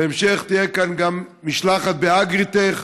בהמשך תהיה גם משלחת כאן באגריטך.